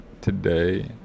today